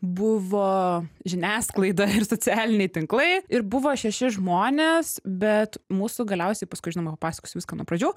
buvo žiniasklaida ir socialiniai tinklai ir buvo šeši žmonės bet mūsų galiausiai paskui žinoma papasakosiu viską nuo pradžių